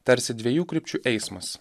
tarsi dviejų krypčių eismas